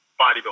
bodybuilding